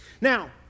Now